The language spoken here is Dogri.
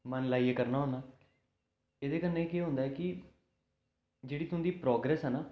मन लाइयै करना होन्नां एह्दे कन्नै केह् होंदा कि जेह्ड़ी तुंदी प्रग्रैस ऐ न